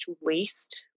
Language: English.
waste